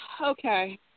Okay